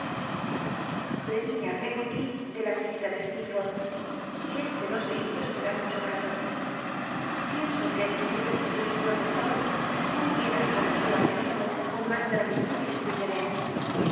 i pcggoly de in risita de stccrforth y este no se hizo espcta mucho ato pienso que si hubiese sido su protecto no hubiera acogido á mi amigo con mas gatitud y desinterés